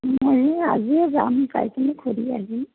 মই আজিয়ে যাম যাইকেনে ঘূৰি আহিম